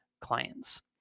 clients